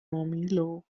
romero